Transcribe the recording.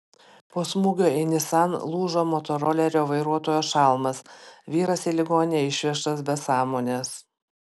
po smūgio į nissan lūžo motorolerio vairuotojo šalmas vyras į ligoninę išvežtas be sąmonės